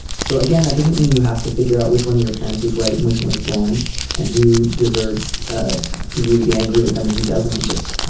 so again that doesn't mean you have to figure out which one of your parents is right and which one is wrong and who deserves ah for you to be angry with them and who doesn't. i just